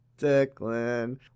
Declan